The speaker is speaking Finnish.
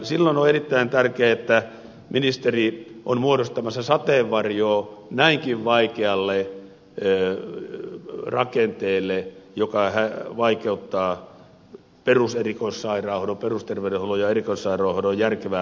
silloin on erittäin tärkeää että ministeri on muodostamassa sateenvarjoa näinkin vaikealle rakenteelle joka vaikeuttaa perusterveydenhuollon ja erikoissairaanhoidon järkevää rakentamista